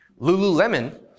Lululemon